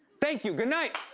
thank you. good night.